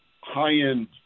high-end